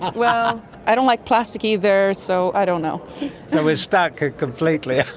well, i don't like plastic either, so i don't know. so we're stuck completely.